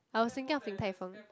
I was thinking of Din-Tai-Fung